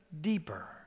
deeper